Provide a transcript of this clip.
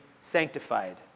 sanctified